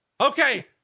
Okay